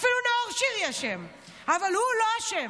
אפילו נאור שירי אשם, אבל הוא לא אשם.